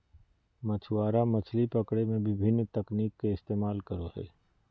मछुआरा मछली पकड़े में विभिन्न तकनीक के इस्तेमाल करो हइ